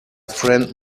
friend